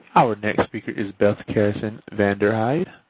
our next speaker is beth carasin-vanderhyde.